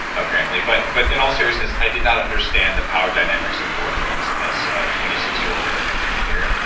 apparently, but but in all seriousness, i did not understand the power dynamics of board rooms as a twenty six year old arrogant engineer.